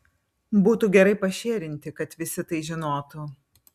būtų gerai pašėrinti kad visi tai žinotų